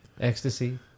Ecstasy